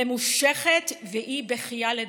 ממושכת, והיא בכייה לדורות.